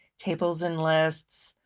tables and lists,